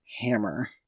Hammer